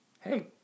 Hey